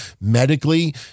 medically